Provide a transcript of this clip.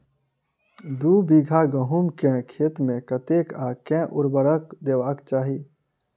दु बीघा गहूम केँ खेत मे कतेक आ केँ उर्वरक देबाक चाहि?